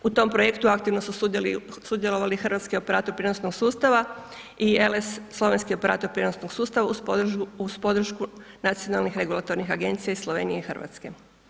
U tom projektu aktivno su sudjelovali hrvatski operatori prijenosnog sustava i LS slovenski operator prijenosnog sustava uz podršku nacionalnih regulatornih agencija iz Slovenije i Hrvatske.